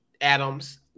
Adams